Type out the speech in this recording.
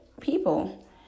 people